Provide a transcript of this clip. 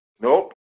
Nope